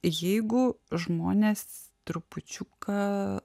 jeigu žmonės trupučiuką